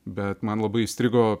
bet man labai įstrigo